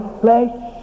flesh